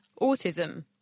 autism